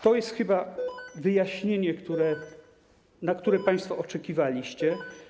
To jest chyba wyjaśnienie, na które państwo oczekiwaliście.